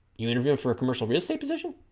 you interview for a commercial real estate position